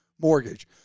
mortgage